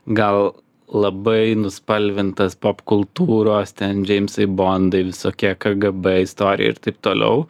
gal labai nuspalvintas popkultūros ten džeimsai bondai visokie kgb istorija ir taip toliau